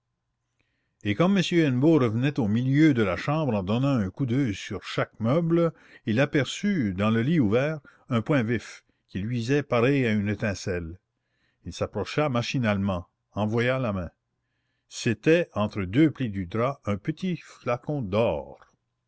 et comme m hennebeau revenait au milieu de la chambre en donnant un coup d'oeil sur chaque meuble il aperçut dans le lit ouvert un point vif qui luisait pareil à une étincelle il s'approcha machinalement envoya la main c'était entre deux plis du drap un petit flacon d'or